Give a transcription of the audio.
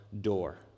door